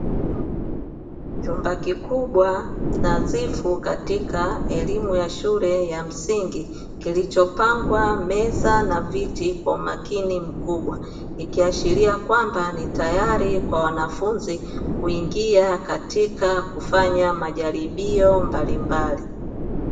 Chumba kikubwa nadhifu katika elimu ya shule ya msingi, kilichopangwa meza na viti kwa umakini mkubwa, ikiashiria kwamba ni tayari kwa wanafunzi kuingia katika kufanya majaribio mbalimbali.